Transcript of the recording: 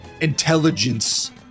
intelligence